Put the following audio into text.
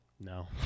No